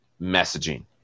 messaging